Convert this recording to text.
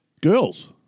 girls